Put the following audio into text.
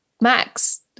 Max